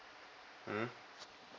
mm